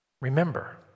Remember